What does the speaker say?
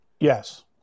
Yes